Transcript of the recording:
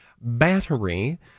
battery